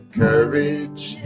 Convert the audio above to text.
courage